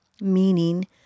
meaning